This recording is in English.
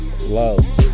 Love